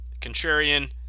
contrarian